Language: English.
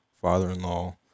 father-in-law